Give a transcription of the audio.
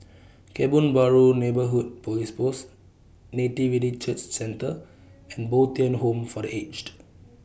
Kebun Baru Neighbourhood Police Post Nativity Church Centre and Bo Tien Home For The Aged